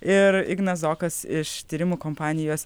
ir ignas zokas iš tyrimų kompanijos